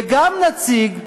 וגם נציג בנשיאות,